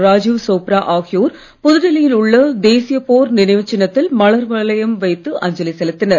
ராஜீவ் சோப்ரா ஆகியோர் புதுடில்லி யில் உள்ள தேசிய போர் நினைவுச் சின்னத்தில் மலர் வளையம் வைத்து அஞ்சலி செலுத்தினர்